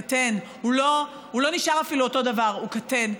קטן, הוא אפילו לא נשאר אותו דבר, הוא קטן.